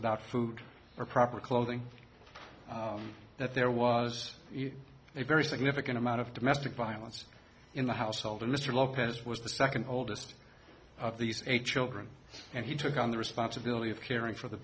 without food or proper clothing that there was a very significant amount of domestic violence in the household and mr lopez was the second oldest of these eight children and he took on the responsibility of caring for the